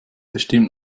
bestimmt